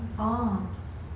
orh